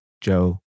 Joe